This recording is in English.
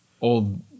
old